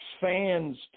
fans